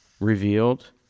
revealed